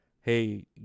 hey